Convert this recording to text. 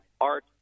art